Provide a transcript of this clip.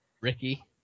Ricky